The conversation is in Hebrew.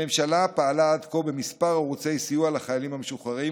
הממשלה פעלה עד כה בכמה ערוצי סיוע לחיילים המשוחררים,